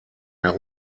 der